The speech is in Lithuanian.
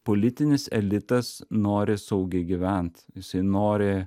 politinis elitas nori saugiai gyvent jisai nori